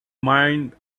mind